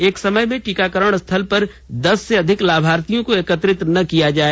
एक समय में टीकाकरण स्थल पर दस से अधिक लाभार्थियों को एकत्रित न किया जाए